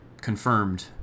Confirmed